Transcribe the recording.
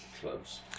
clubs